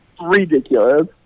ridiculous